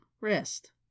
Rest